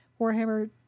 Warhammer